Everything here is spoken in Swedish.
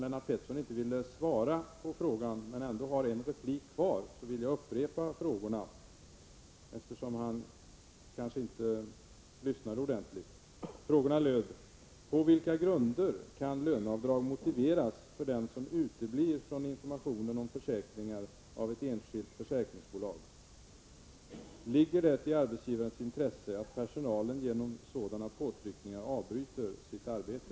Lennart Pettersson svarade inte på frågorna, men han har en replik kvar, och jag vill därför upprepa frågorna, eftersom han kanske inte lyssnade ordentligt. Frågorna löd: På vilka grunder kan löneavdrag motiveras för den som uteblir från en information om försäkringar hos ett enskilt försäkringsbolag? Ligger det i arbetsgivarens intresse att personalen genom sådana påtryckningar avbryter sitt arbete?